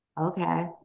okay